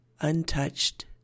untouched